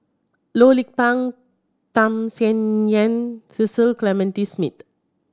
Loh Lik Peng Tham Sien Yen Cecil Clementi Smith